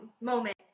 moment